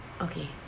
Okay